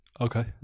Okay